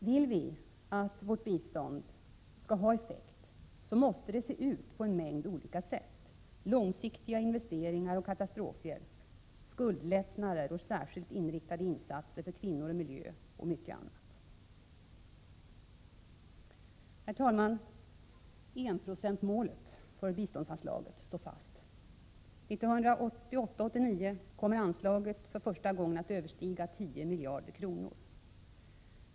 Vill vi att vårt bistånd skall ha effekt, måste det se ut på en mängd olika sätt: långsiktiga investeringar, katastrofhjälp, skuldlättnader, särskilt inriktade insatser för kvinnor och miljö och mycket annat. Herr talman! Enprocentsmålet för biståndsanslaget står fast. 1988/89 kommer anslaget för första gången att överstiga 10 miljarder kronor.